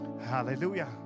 Hallelujah